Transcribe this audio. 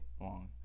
long